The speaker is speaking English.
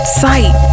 sight